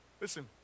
Listen